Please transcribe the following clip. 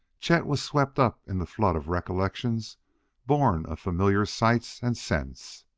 chet was swept up in the flood of recollections born of familiar sights and scents.